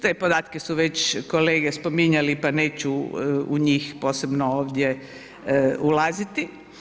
Te podatke su već kolege spominjali pa neću u njih posebno ovdje ulaziti.